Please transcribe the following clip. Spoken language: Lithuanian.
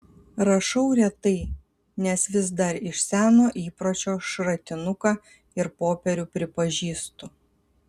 rašau retai nes vis dar iš seno įpročio šratinuką ir popierių pripažįstu